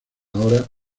ahora